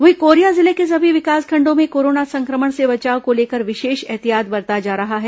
वहीं कोरिया जिले के सभी विकासखंडों में कोरोना संक्रमण से बचाव को लेकर विशेष ऐहतियात बरता जा रहा है